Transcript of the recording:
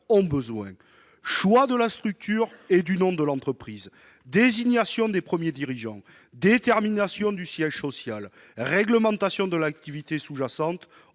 ont besoin : choix de la structure et du nom de l'entreprise, désignation des premiers dirigeants, détermination du siège social, réglementation de l'activité sous-jacente,